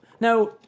Now